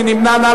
מי נמנע?